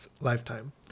lifetime